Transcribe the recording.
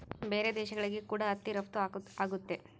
ಬೇರೆ ದೇಶಗಳಿಗೆ ಕೂಡ ಹತ್ತಿ ರಫ್ತು ಆಗುತ್ತೆ